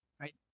right